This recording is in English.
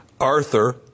Arthur